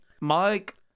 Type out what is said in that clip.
Mike